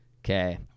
Okay